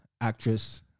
actress